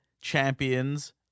champions